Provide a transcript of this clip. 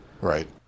Right